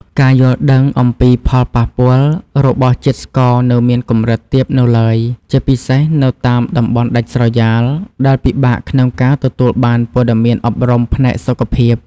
ការយល់ដឹងអំពីផលប៉ះពាល់របស់ជាតិស្ករនៅមានកម្រិតទាបនៅឡើយ ជាពិសេសនៅតាមតំបន់ដាច់ស្រយាលដែលពិបាកក្នុងការទទួលបានព័ត៌មានអប់រំផ្នែកសុខភាព។